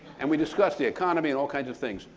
and we discussed the economy and all kinds of things.